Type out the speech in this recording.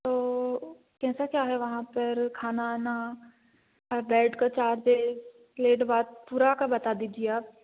तो कैसा क्या है वहाँ पर खाना आना आ बेड कर चार्जेस प्लेट बात पूरा का बता दीजिए आप